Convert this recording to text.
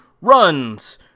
Runs